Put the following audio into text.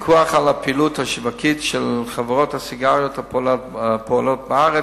פיקוח על הפעילות השיווקית של חברות הסיגריות הפועלות בארץ,